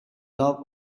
love